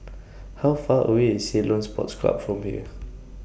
How Far away IS Ceylon Sports Club from here